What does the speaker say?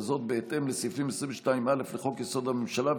וזאת בהתאם לסעיפים 22(א) לחוק-יסוד: הממשלה,